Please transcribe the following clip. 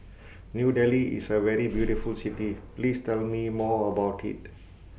New Delhi IS A very beautiful City Please Tell Me More about IT